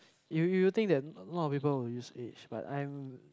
you you think that a lot of people will use Edge but I'm